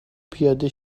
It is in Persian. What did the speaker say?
پیاده